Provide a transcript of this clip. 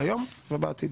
היום ובעתיד,